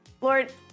Lord